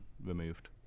Removed